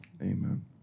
Amen